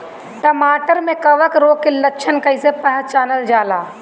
टमाटर मे कवक रोग के लक्षण कइसे पहचानल जाला?